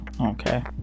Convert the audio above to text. okay